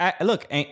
look